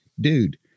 dude